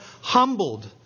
humbled